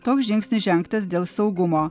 toks žingsnis žengtas dėl saugumo